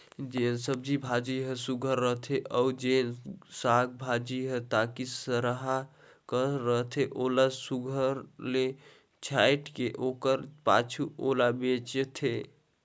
जेन सब्जी भाजी हर सुग्घर रहथे अउ जेन साग भाजी हर तनि सरहा कस रहथे ओला सुघर ले छांएट के ओकर पाछू ओला बेंचथें